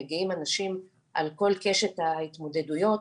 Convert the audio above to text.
מגיעים אנשים על כל קשת ההתמודדויות,